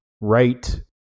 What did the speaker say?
right